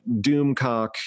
Doomcock